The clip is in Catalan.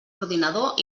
ordinador